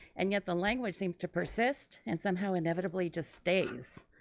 and yet the language seems to persist and somehow inevitably just stays.